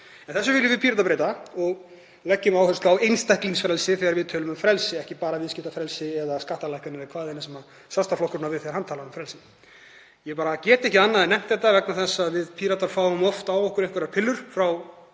En þessu viljum við Píratar breyta. Við leggjum áherslu á einstaklingsfrelsið þegar við tölum um frelsi, ekki bara viðskiptafrelsi eða skattalækkanir eða hvaðeina sem Sjálfstæðisflokkurinn á við þegar hann talar um frelsi. Ég get ekki annað en nefnt þetta vegna þess að við Píratar fáum oft á okkur einhverjar pillur frá